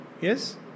Yes